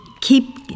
keep